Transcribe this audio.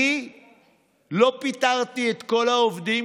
אני לא פיטרתי את כל העובדים,